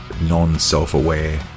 non-self-aware